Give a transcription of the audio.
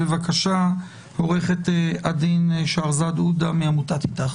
בבקשה, עוה"ד שהרזאד עודה מעמותת איתך.